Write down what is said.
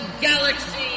galaxy